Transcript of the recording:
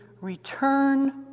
return